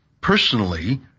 personally